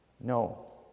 No